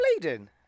bleeding